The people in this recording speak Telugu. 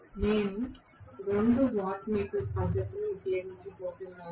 నేను 2 వాట్ మీటర్ పద్ధతిని ఉపయోగించబోతున్నాను